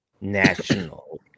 national